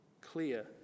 clear